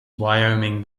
wyoming